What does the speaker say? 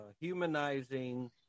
humanizing